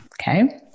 Okay